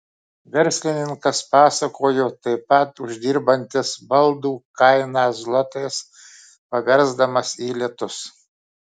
verslininkas pasakojo taip pat uždirbantis baldų kainą zlotais paversdamas į litus